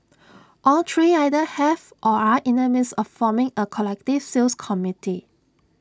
all three either have or are in the midst of forming A collective sales committee